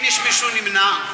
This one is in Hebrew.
ואם יש מישהו שנמנע?